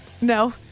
No